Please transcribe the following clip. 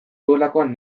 duelakoan